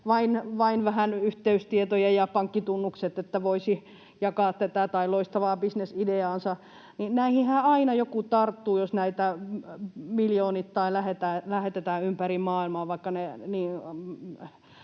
vähän yhteystietoja ja pankkitunnukset, niin että voisi jakaa tätä tai loistavaa bisnesideaansa? Näihinhän aina joku tarttuu, jos näitä miljoonittain lähetetään ympäri maailmaa, vaikka ne